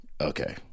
okay